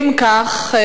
אם כך,